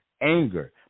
anger